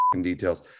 details